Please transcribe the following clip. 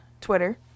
Twitter